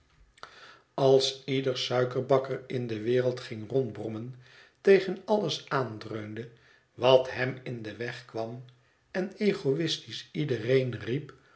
als ieder suikerbakker in de wereld ging rondbrommen tegen alles aandreunde wat hem in den weg kwam en egoïstisch iedereen riep